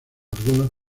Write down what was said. algunos